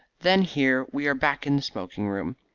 then here we are back in the smoking-room.